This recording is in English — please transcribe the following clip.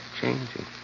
changing